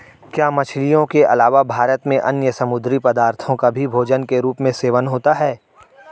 क्या मछलियों के अलावा भारत में अन्य समुद्री पदार्थों का भी भोजन के रूप में सेवन होता है?